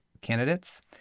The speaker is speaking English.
candidates